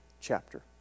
chapter